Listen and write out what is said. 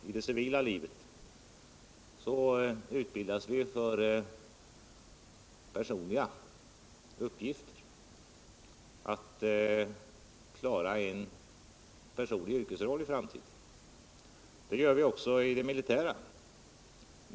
I det civila livet utbildas vi för uppgiften att klara en personlig yrkesroll i framtiden. Det gör vi också i det militära.